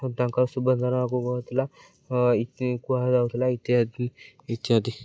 ତାଙ୍କର କୁହାଯାଉଥିଲା କୁହାଯାଉଥିଲା ଇତ୍ୟାଦି ଇତ୍ୟାଦି